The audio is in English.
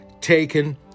taken